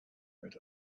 heard